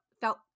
felt